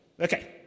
Okay